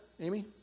Amy